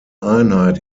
einheit